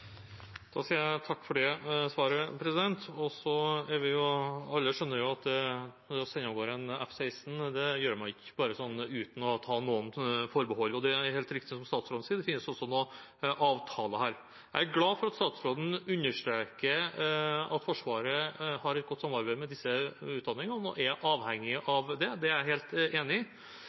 Jeg sier takk for det svaret. Alle skjønner at det å sende av gårde en F-16 gjør man ikke uten å ta noen forbehold. Det er helt riktig som statsråden sier – det finnes noen avtaler her. Jeg er glad for at statsråden understreker at Forsvaret har et godt samarbeid med disse utdanningene og er avhengig av det. Det er jeg helt enig i,